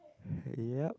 yup